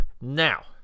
Now